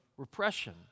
Repression